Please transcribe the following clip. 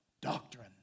doctrine